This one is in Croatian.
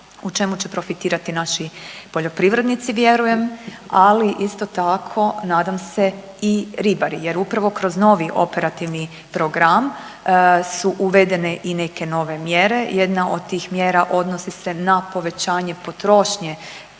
u čemu će profitirati naši poljoprivrednici vjerujem, ali isto tako nadam se i ribari jer upravo kroz novi operativni program su uvedene i neke nove mjere. Jedna od tih mjera odnosi se na povećanje potrošnje